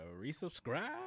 resubscribe